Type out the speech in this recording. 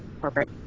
corporate